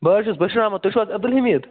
بہٕ حظ چھُس بشیٖر احمد تُہۍ چھُو حظ عبد الحمید